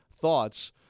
thoughts